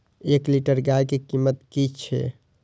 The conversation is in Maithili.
एक लीटर गाय के कीमत कि छै?